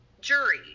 jury